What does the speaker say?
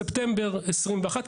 ספטמבר 2021,